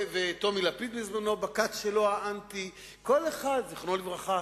צריך לעשות קומבינה, "כאילו", כמו שאומרים הגשש.